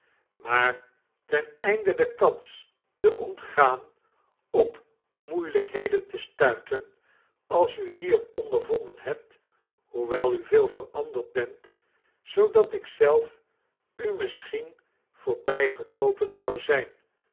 maar ten einde de kans te ontgaan op moeilijkheden te stuiten als u hier ondervonden hebt hoewel u veel veranderd bent zoodat ik zelf iii misschien voorbijgeloopen zou zijn